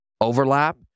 overlap